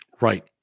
Right